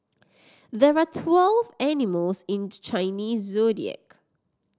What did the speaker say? there are twelve animals in the Chinese Zodiac